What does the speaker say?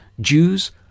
Jews